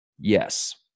Yes